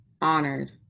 honored